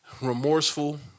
remorseful